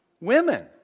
Women